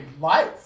life